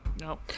No